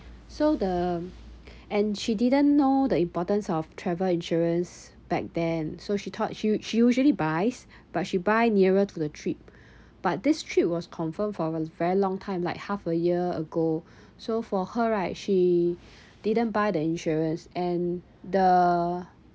so the and she didn't know the importance of travel insurance back then so she thought she she usually buys but she buy nearer to the trip but this trip was confirmed for a very long time like half a year ago so for her right she didn't buy the insurance and the